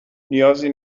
نیازی